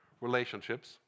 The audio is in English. relationships